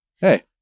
hey